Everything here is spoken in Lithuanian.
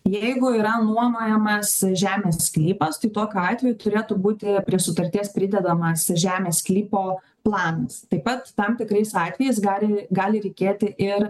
jeigu yra nuomojamas žemės sklypas tai tokiu atveju turėtų būti prie sutarties pridedamas žemės sklypo planas taip pat tam tikrais atvejais gali gali reikėti ir